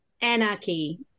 anarchy